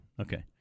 Okay